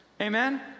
Amen